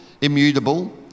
immutable